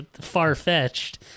far-fetched